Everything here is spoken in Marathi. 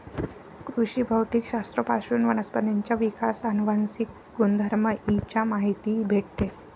कृषी भौतिक शास्त्र पासून वनस्पतींचा विकास, अनुवांशिक गुणधर्म इ चा माहिती भेटते